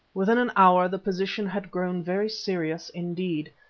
within an hour the position had grown very serious indeed,